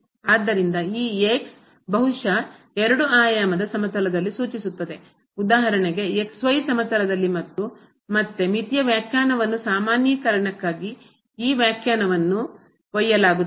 ಆದ್ದರಿಂದ ಈ ಬಹುಶಃ ಎರಡು ಆಯಾಮದ ಸಮತಲದಲ್ಲಿ ಸೂಚಿಸುತ್ತದೆ ಉದಾಹರಣೆಗೆ ಸಮತಲದಲ್ಲಿ ಮತ್ತು ಮತ್ತೆ ಮಿತಿಯ ವ್ಯಾಖ್ಯಾನವನ್ನು ಸಾಮಾನ್ಯೀಕರಣಕ್ಕಾಗಿ ಈ ವ್ಯಾಖ್ಯಾನವನ್ನು ಒಯ್ಯಲಾಗುತ್ತದೆ